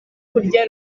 kurya